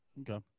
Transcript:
Okay